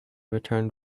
returned